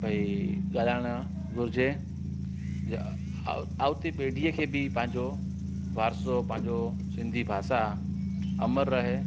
भई ॻाल्हाइण घुरिजे आउती पे ॾींअं खे बि पंहिंजो वारसो पंहिंजो सिंधी भाषा अमर रहे